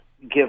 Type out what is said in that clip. give